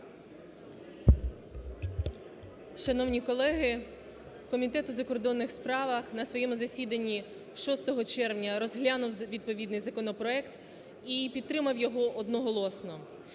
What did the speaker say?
Шановні колеги, Комітет у закордонних справах на своєму засіданні 6 червня розглянув відповідний законопроект і підтримав його одноголосно.